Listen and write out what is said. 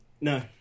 No